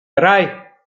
drei